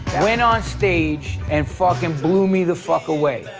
went on stage and fucking blew me the fuck away.